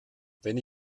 wenn